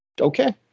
Okay